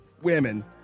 women